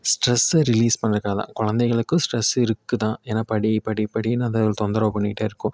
ஸ்ட்ரஸ்ஸை release பண்ணுறக்காக தான் குழந்தைகளுக்கும் ஸ்ட்ரஸ் இருக்கு தான் ஏன்னா படி படி படின்னு அதை தொந்தரவு பண்ணிக்கிட்டே இருக்கோம்